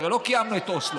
הרי לא קיימנו את אוסלו.